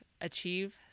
achieve